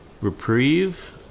reprieve